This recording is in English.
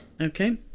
Okay